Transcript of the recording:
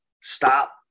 stop